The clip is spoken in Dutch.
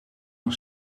nog